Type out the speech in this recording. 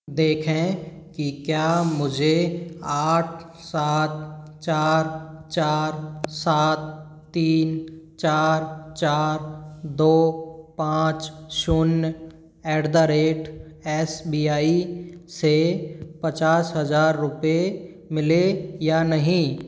देखें कि क्या मुझे आठ सात चार चार सात तीन चार चार दो पाँच शून्य at the rate S B I से पचास हजार रुपये मिले या नहीं